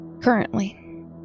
currently